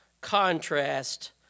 contrast